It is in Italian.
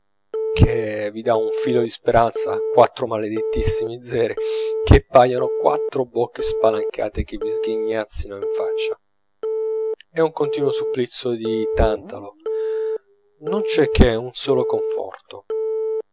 che vi dà un filo di speranza quattro maledettissimi zeri che paiono quattro bocche spalancate che vi sghignazzino in faccia è un continuo supplizio di tantalo non c'è che un solo conforto